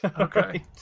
Okay